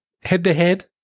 head-to-head